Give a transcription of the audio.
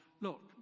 look